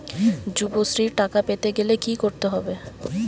যুবশ্রীর টাকা পেতে গেলে কি করতে হবে?